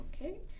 Okay